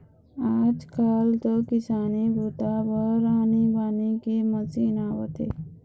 आजकाल तो किसानी बूता बर आनी बानी के मसीन आवत हे